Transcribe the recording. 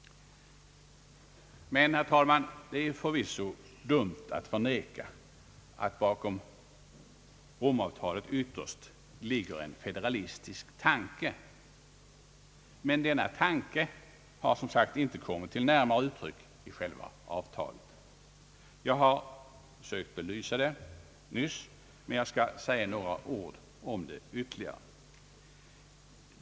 Herr talman! Det är förvisso dumt att förneka att bakom Rom-avtalet ytterst ligger en federalistisk tanke, men denna tanke har som sagt inte kommit till närmare uttryck i själva avtalet. Jag har sökt belysa det nyss, men jag skall säga ytterligare några ord därom.